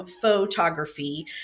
photography